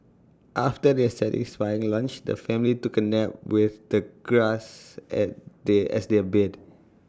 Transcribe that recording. after their satisfying lunch the family took A nap with the grass as they as their bed